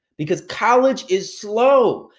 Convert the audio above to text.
because college is slow.